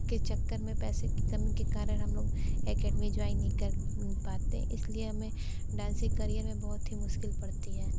के चक्कर में पैसे कि कमी के कारण हम लोग एकेडमी जॉइन नहीं कर पाते इसलिए हमें डांसिंग करियर में बहुत ही मुश्किल पड़ती है